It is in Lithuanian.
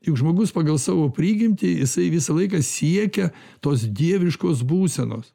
juk žmogus pagal savo prigimtį jisai visą laiką siekia tos dieviškos būsenos